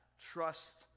trust